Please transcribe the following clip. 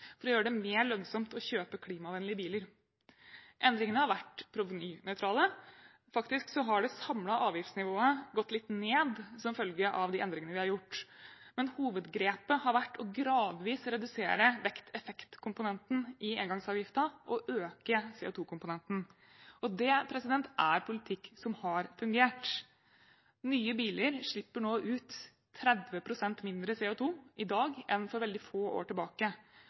for å gjøre det mer lønnsomt å kjøpe klimavennlige biler. Endringene har vært provenynøytrale. Faktisk har det samlede avgiftsnivået gått litt ned som følge av de endringene vi har gjort. Men hovedgrepet har vært gradvis å redusere vekt-effekt-komponenten i engangsavgiften og øke CO2-komponenten. Det er politikk som har fungert. Nye biler slipper ut 30 pst. mindre CO2 i dag enn for veldig få år